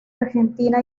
argentina